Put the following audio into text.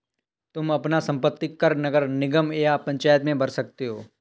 तुम अपना संपत्ति कर नगर निगम या पंचायत में भर सकते हो